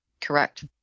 Correct